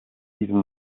diesem